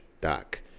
Doc